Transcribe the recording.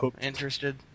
interested